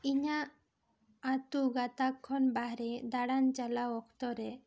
ᱤᱧᱟ ᱜ ᱟᱛᱳ ᱜᱟᱛᱟᱠ ᱠᱷᱚᱱ ᱵᱟᱨᱦᱮ ᱫᱟᱬᱟᱱ ᱪᱟᱞᱟᱣ ᱚᱠᱛᱚ ᱨᱮ